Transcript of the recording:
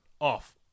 off